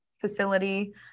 facility